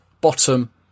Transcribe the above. Bottom